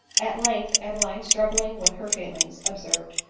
at length adeline, struggling with her feelings, observed,